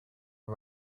are